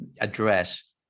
address